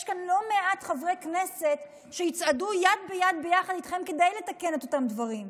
יש פה לא מעט חברי כנסת שיצעדו יחד איתכם כדי לתקן את אותם הדברים.